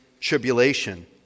Tribulation